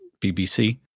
BBC